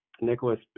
Nicholas